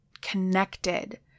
connected